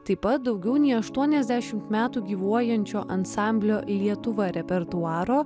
taip pat daugiau nei aštuoniasdešim metų gyvuojančio ansamblio lietuva repertuaro